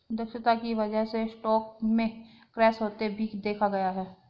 दक्षता की वजह से स्टॉक में क्रैश होते भी देखा गया है